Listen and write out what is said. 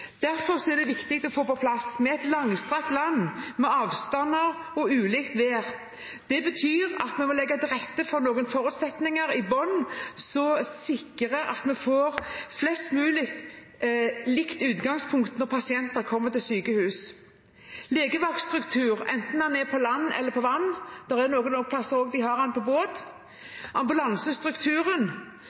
viktig å få på plass. Vi er et langstrakt land, med store avstander og ulikt vær. Det betyr at vi må legge til rette for noen forutsetninger i bunnen som sikrer at vi får et mest mulig likt utgangspunkt når pasienter kommer til sykehus: legevaktstruktur, enten den er på land eller på vann – noen steder har de den også på båt